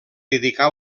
dedicà